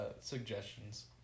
suggestions